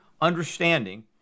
understanding